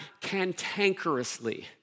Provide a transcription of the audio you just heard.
cantankerously